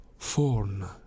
Forn